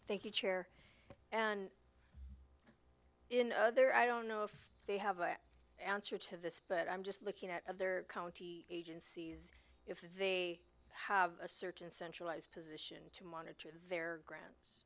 thank you chair and in there i don't know if they have a answer to this but i'm just looking at other county agency if they have a certain centralized position to monitor their grants